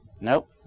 Nope